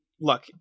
look